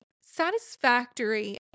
Satisfactory